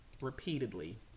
repeatedly